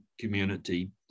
community